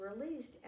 released